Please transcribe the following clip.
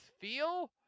feel